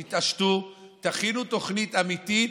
תתעשתו, תכינו תוכנית אמיתית,